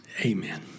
Amen